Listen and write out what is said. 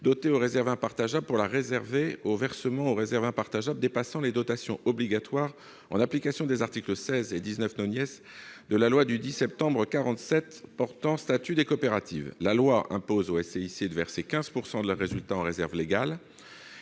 dotés aux réserves impartageables pour la réserver aux versements aux réserves impartageables dépassant les dotations obligatoires en application des articles 16 et 19 de la loi du 10 septembre 1947 portant statut de la coopération. La loi impose aux SCIC de verser 15 % de leurs résultats en réserve légale